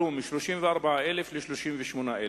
עלו מ-34,000 ל-38,000,